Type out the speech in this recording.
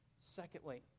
Secondly